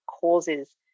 causes